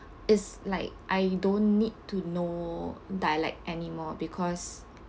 it's like I don't need to know dialect anymore because